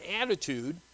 attitude